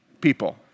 people